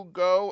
go